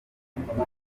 kugwingira